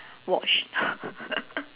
watch